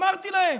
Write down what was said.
אמרתי להם: